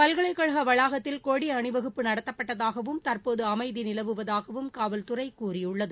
பல்கலைக்கழக வளாகத்தில் கொடி அணிவகுப்பு நடத்தப்பட்டதாகவும் தற்போது அமைதி நிலவுவதாகவும் காவல்துறை கூறியுள்ளது